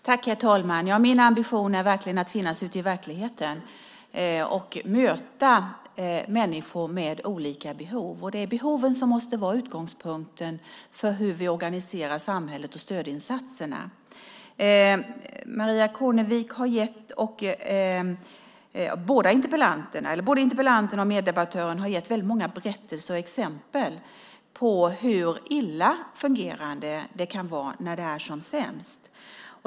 Herr talman! Min ambition är verkligen att finnas ute i verkligheten och möta människor med olika behov, och det är behoven som måste vara utgångspunkten för hur vi organiserar samhället och stödinsatserna. Både interpellanten och meddebattören har delgett väldigt många berättelser och exempel på hur illa det kan fungera när det är som sämst.